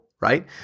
right